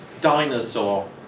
Dinosaur